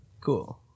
Cool